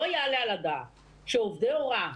לא יעלה על הדעת שעובדי הוראה,